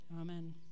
amen